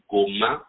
Goma